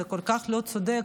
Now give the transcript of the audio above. זה כל כך לא צודק,